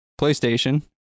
playstation